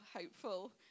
hopeful